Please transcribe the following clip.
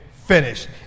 Finished